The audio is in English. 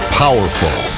powerful